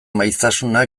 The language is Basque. maiztasuna